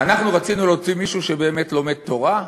אנחנו רצינו להוציא מישהו שבאמת לומד תורה?